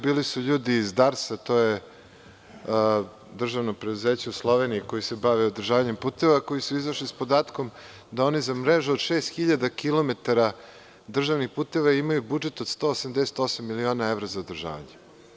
Bili su ljudi iz DARS-a, to je državno preduzeće u Sloveniji koje se bavi održavanjem puteva, koji su izašli sa podatkom da oni za mrežu od 6.000 km državnih puteva imaju budžet od 188 miliona evra za održavanje.